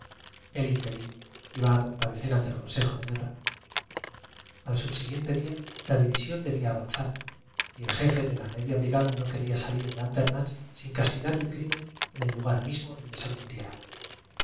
humedecieran sus convulsos párpados federi recer ante el consejo de guerra al sxibsiguiente día la división debía co ah el otro se uamaba federico sí federico exclamó hermann avanzar y el jefe de la media brigada no quería salir de andernach con gesto de satisfacción sin castigar el crimen en el lugar mismo donde se cometiera